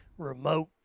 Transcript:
remote